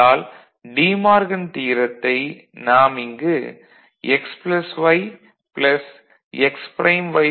ஆதலால் De Morgan தியரத்தை நாம் இங்கு x y x'